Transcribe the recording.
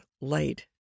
light